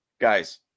Guys